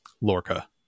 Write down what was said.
Lorca